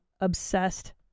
obsessed